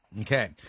Okay